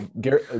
Gary